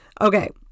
Okay